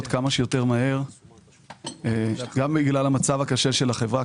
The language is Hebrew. כמה שיותר מהר גם בגלל המצב הקשה של החברה.